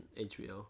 HBO